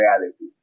reality